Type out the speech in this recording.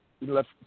left